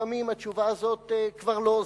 לפעמים התשובה הזאת כבר לא עוזרת.